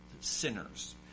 sinners